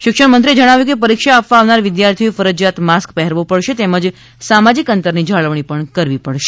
શિક્ષણમંત્રીએ જણાવ્યું કે પરીક્ષા આપવા આવનાર વિદ્યાર્થીઓએ ફરજિયાત માસ્ક પહેરવો પડશે તેમજ સામાજિક અંતરની જાળવણી કરવી પડશે